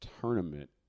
tournament